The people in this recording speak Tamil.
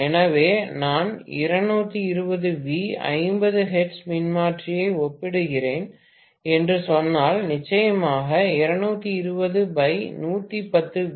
எனவே நான் 220 வி 50 ஹெர்ட்ஸ் மின்மாற்றியை ஒப்பிடுகிறேன் என்று சொன்னால் நிச்சயமாக 220110 வி